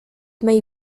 may